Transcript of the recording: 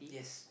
yes